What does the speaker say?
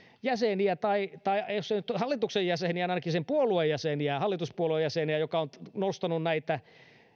jäseniä hallituksessa tai jos emme nyt sen hallituksen jäseniä niin ainakin sen hallituspuolueen jäseniä joka on nostanut näitä